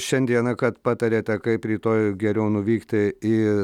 šiandieną kad patarėte kaip rytoj geriau nuvykti į